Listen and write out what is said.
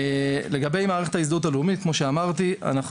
לגבי מערכת העידוד הלאומית כמו שאמרתי אנחנו